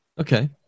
Okay